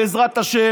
בעזרת השם,